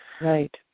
Right